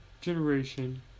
generation